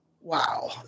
Wow